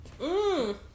Mmm